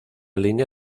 línea